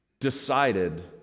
decided